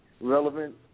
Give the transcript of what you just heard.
relevant